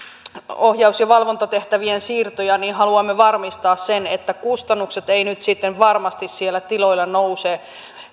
ohjaus ja valvontatehtävien siirtoja niin haluamme varmistaa sen että kustannukset eivät nyt sitten varmasti siellä tiloilla nouse